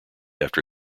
after